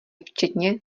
včetně